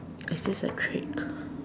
is this a trick